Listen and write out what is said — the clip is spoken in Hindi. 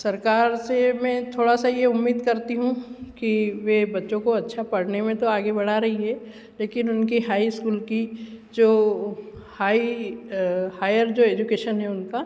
सरकार से मैं थोड़ा सा यह उम्मीद करती हूँ कि वह बच्चों को अच्छा पढ़ने में तो आगे बढ़ा रही है लेकिन उनकी हाई स्कूल की जो हाई हाइयर जो एज़ुकेशन है उनका